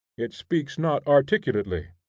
it speaks not articulately,